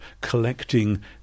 collecting